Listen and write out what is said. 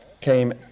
came